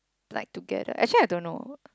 applied together actually I don't know